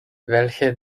welche